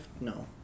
No